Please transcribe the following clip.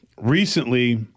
recently